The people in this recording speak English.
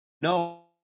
No